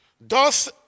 Thus